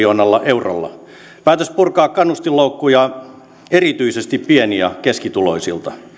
yhdeksälläkymmenellä miljoonalla eurolla päätös purkaa kannustinloukkuja erityisesti pieni ja keskituloisilta